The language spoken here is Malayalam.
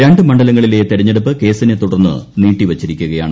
രണ്ട് മണ്ഡലങ്ങളിലെ തെരഞ്ഞെടുപ്പ് കേസിനെ തുടർന്ന് നീട്ടിവച്ചിരിക്കുകയാണ്